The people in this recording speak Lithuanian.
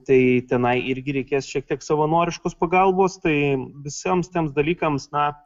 tai tenai irgi reikės šiek tiek savanoriškos pagalbos tai visiems tiems dalykams na